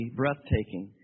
breathtaking